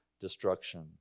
destruction